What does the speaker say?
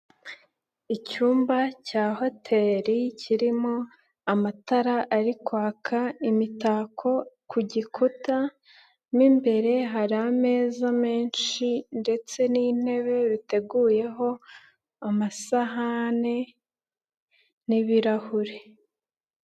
Icyumba cya hoteri kirimo amatara ari kwaka, imitako ku gikuta mu imbere hari ameza menshi ndetse n'intebe biteguyeho amasahane n'ibirahure.